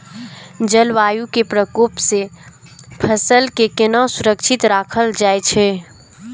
जलवायु के प्रकोप से फसल के केना सुरक्षित राखल जाय छै?